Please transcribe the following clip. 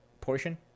portion